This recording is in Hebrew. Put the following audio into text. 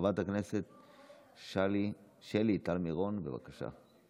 חברת הכנסת שלי טל מירון, בבקשה.